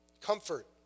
Comfort